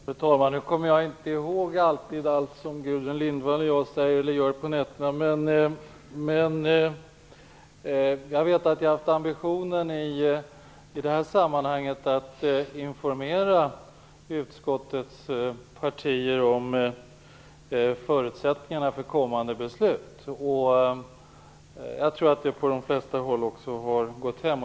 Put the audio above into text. Fru talman! Nu kommer jag inte alltid ihåg allt som Gudrun Lindvall och jag säger eller gör på nätterna. Men jag vet att jag i det här sammanhanget haft ambitionen att informera utskottets partier om förutsättningarna för kommande beslut. Jag tror att det har gått hem på de flesta håll.